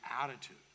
attitude